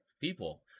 people